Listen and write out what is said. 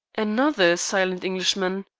another silent englishman.